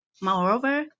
Moreover